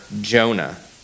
Jonah